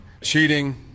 cheating